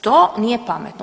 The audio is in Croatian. To nije pametno.